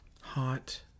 hot